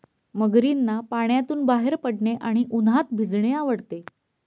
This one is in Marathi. मगरींना पाण्यातून बाहेर पडणे आणि उन्हात भिजणे आवडते